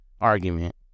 argument